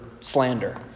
slander